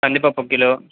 కందిపప్పు ఒక కిలో